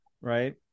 Right